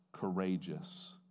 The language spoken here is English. courageous